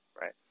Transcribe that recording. right